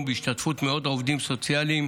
בהשתתפות מאות עובדים סוציאליים